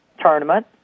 tournament